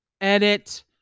Edit